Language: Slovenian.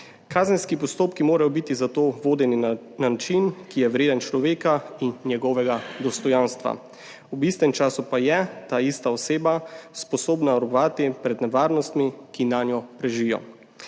Kazenski postopki morajo biti zato vodeni na način, ki je vreden človeka in njegovega dostojanstva, ob istem času pa se je ta ista oseba sposobna varovati pred nevarnostmi, ki nanjo prežijo.